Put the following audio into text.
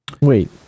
Wait